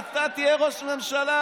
אתה תהיה ראש ממשלה.